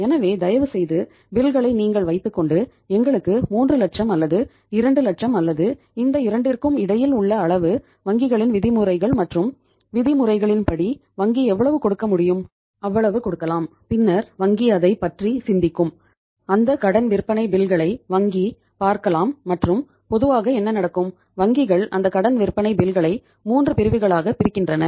எனவே தயவுசெய்து பில்களை 3 பிரிவுகளாக பிரிக்கின்றன